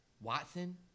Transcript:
Watson